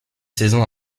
saisons